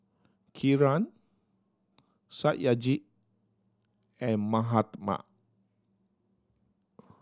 Kiran Satyajit and Mahatma